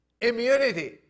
Immunity